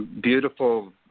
beautiful